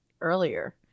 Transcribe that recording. earlier